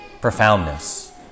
profoundness